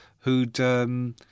who'd